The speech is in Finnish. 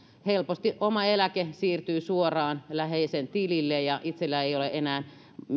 helposti oma eläke siirtyy suoraan läheisen tilille ja itsellä ei ole enää